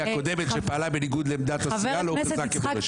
הקודמת בניגוד לעמדת הסיעה לא הוכרזה כפורשת.